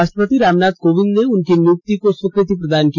राष्ट्रपति रामनाथ कोविंद ने उनकी नियुक्ति को स्वीकृति प्रदान की